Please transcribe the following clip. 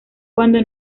cuando